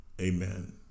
Amen